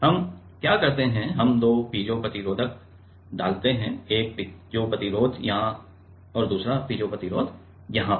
हम क्या करते हैं हम दो पीजो प्रतिरोध डालते हैं एक पीजो प्रतिरोध यहाँ और दूसरा पीजो प्रतिरोध यहाँ पर